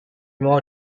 more